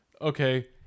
okay